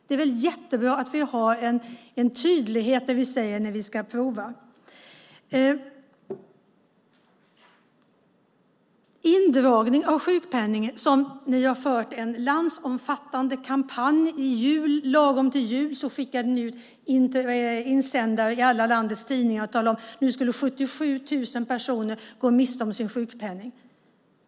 Det är väl jättebra att vi har en tydlighet i fråga om detta. När det gäller indragning av sjukpenning har ni fört en landsomfattande kampanj. Lagom till jul skickade ni insändare till alla landets tidningar där ni talade om att 77 000 personer nu skulle gå miste om sin sjukpenning.